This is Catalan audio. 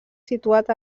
situat